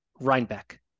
Rhinebeck